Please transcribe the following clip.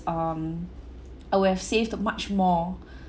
um I would have saved much more